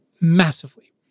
massively